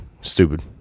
stupid